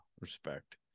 Respect